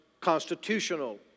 constitutional